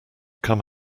come